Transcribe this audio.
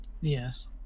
Yes